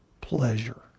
pleasure